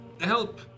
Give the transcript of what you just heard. help